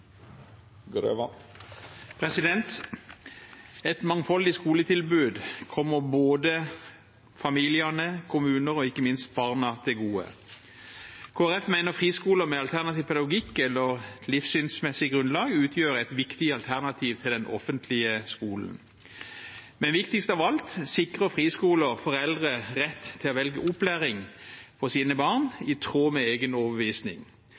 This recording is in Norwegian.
ikke minst barna til gode. Kristelig Folkeparti mener at friskoler med alternativ pedagogikk eller et livssynsmessig grunnlag utgjør et viktig alternativ til den offentlige skolen. Men viktigst av alt: Friskoler sikrer foreldre rett til å velge opplæring for sine barn i tråd med egen overbevisning.